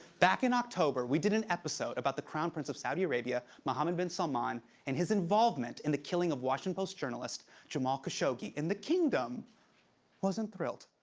back in october, we did an episode about the crown prince of saudi arabia mohammed bin salman and his involvement in the killing of washington post journalist jamal khashoggi, and the kingdom wasn't thrilled.